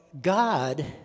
God